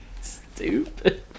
Stupid